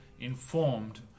informed